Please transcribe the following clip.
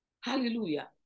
Hallelujah